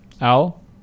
Al